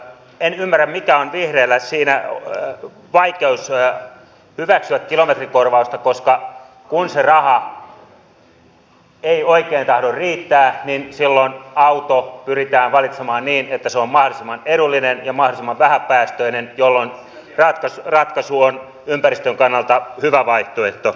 en ymmärrä mikä on vihreillä vaikeus hyväksyä kilometrikorvausta koska kun se raha ei oikein tahdo riittää niin silloin auto pyritään valitsemaan niin että se on mahdollisimman edullinen ja mahdollisimman vähäpäästöinen jolloin ratkaisu on ympäristön kannalta hyvä vaihtoehto